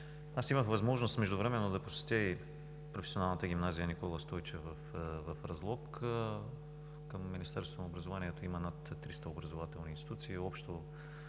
аз имах възможност междувременно да посетя и Професионалната гимназия „Никола Стойчев“ в Разлог. Към Министерството на образованието има над 300 образователни институции.